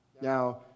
Now